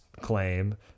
claim